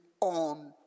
on